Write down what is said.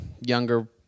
younger